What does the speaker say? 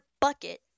bucket